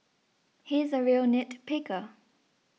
he is a real nit picker